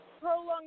prolonged